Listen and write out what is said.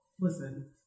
listen